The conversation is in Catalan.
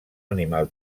animal